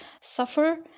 suffer